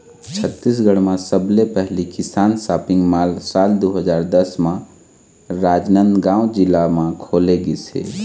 छत्तीसगढ़ म सबले पहिली किसान सॉपिंग मॉल साल दू हजार दस म राजनांदगांव जिला म खोले गिस हे